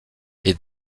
les